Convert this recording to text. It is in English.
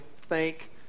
thank